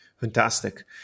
Fantastic